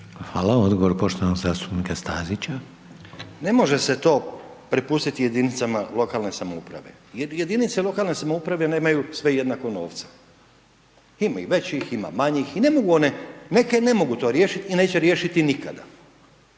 Hvala. Odgovor poštovanog zastupnika Stazića. **Stazić, Nenad (SDP)** Ne može se to prepustiti jedinicama lokalne samouprave. Jedinice lokalne samouprave nemaju sve jednako novca, ima i većih, ima i manjih. I ne mogu one, neke ne mogu to riješiti i neće riješiti nikada.